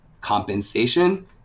compensation